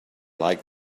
like